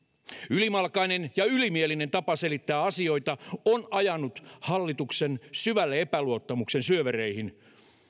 ylimalkainen ja ylimielinen tapa selittää asioita on ajanut hallituksen syvälle epäluottamuksen syövereihin